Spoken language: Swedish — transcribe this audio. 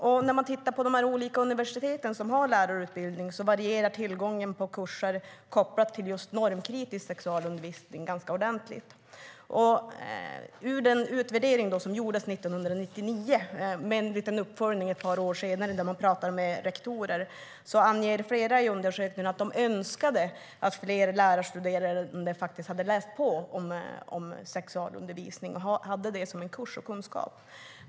Och när man tittar på de olika universiteten som har lärarutbildning varierar tillgången på kurser kopplade till normkritisk sexualundervisning ganska ordentligt. I utvärderingen som gjordes 1999, med en liten uppföljning ett par år senare där man pratade med rektorer, anger flera att de önskade att fler lärarstuderande hade läst om sexualundervisning och hade haft det som en kurs.